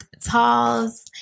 Talls